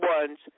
ones